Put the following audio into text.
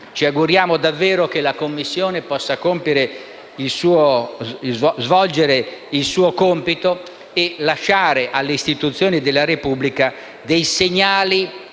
Ci auguriamo davvero che la Commissione possa svolgere il suo compito e lasciare alle istituzioni della Repubblica dei segnali